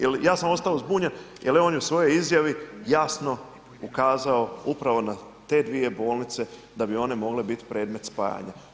Jel ja sam ostao zbunjen jel je u svoj izjavi jasno ukazao upravo na te dvije bolnice da bi one mogle biti predmet spajanja.